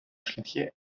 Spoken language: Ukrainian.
шляхи